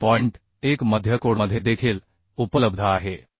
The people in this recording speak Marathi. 1 मध्ये आह कोडमध्ये देखील उपलब्ध आहे